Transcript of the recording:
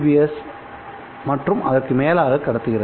S மற்றும் அதற்கு மேலாக கடத்துகிறது